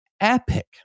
epic